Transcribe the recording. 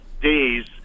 days